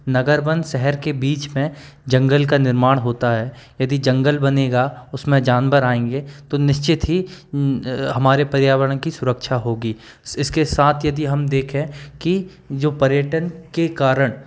नगर वन शहर के बीच में जंगल का निर्माण होता है यदि जंगल बनेगा उस में जानवर आएंगे तो निश्चित ही हमारे पर्यावरण की सुरक्षा होगी इसके साथ यदि हम देखें कि जो पर्यटन के कारण